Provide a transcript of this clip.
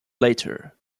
later